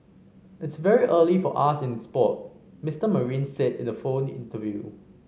it's very early for us in sport Mister Marine said in a phone interview